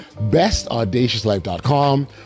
bestaudaciouslife.com